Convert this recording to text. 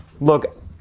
look